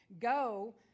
Go